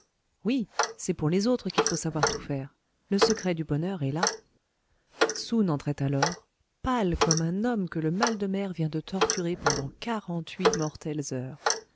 oui c'est pour les autres qu'il faut savoir tout faire le secret du bonheur est là soun entrait alors pâle comme un homme que le mal de mer vient de torturer pendant quarante-huit mortelles heures